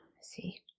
see